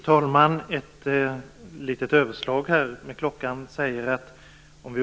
Fru talman!